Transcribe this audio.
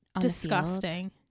disgusting